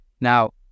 Now